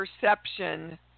perception